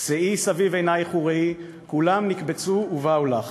"שאי סביב עינַיִך וראי, כֻלם נקבצו באו לך".